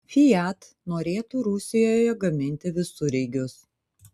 fiat norėtų rusijoje gaminti visureigius